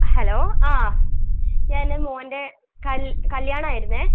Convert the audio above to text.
hello ആ ഞാന് മോൻ്റെ കല്യാണമായിരുന്നേ